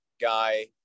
guy